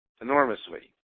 enormously